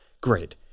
great